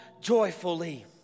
joyfully